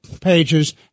pages